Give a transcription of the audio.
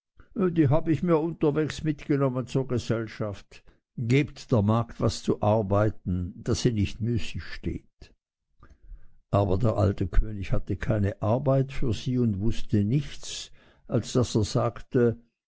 die hab ich mir unterwegs mitgenommen zur gesellschaft gebt der magd was zu arbeiten daß sie nicht müßig steht aber der alte könig hatte keine arbeit für sie und wußte nichts als daß er sagte